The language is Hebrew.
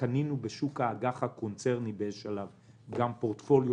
קנינו בשוק האג"ח הקונצרני באיזשהו שלב גם פורטפוליו